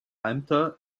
ämter